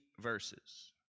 verses